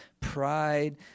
pride